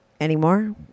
anymore